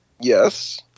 Yes